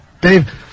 Dave